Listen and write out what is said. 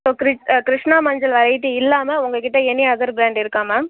இப்போது கிருஷ்ணா மஞ்சள் வெரைட்டி இல்லாமல் உங்ககிட்ட எனி அதர் ப்ராண்ட் இருக்கா மேம்